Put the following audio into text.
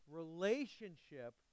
relationship